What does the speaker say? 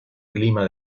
clima